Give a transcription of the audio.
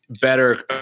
better